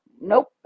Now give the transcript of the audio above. nope